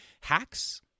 hacks